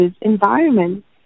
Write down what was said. environments